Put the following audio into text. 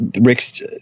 Rick's